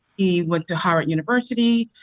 he went to harvard university,